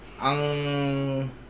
ang